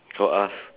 go ask